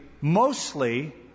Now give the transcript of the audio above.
mostly